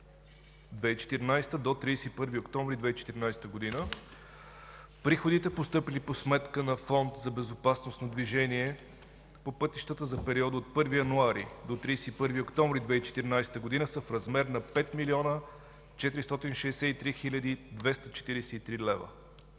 2014 г. до 31 октомври 2014 г. Приходите, постъпили по сметка на фонд „Безопасност на движението по пътищата” за периода от 1 януари до 31 октомври 2014 г., са в размер на 5 млн. 463 хил. 243 лв.